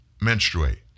menstruate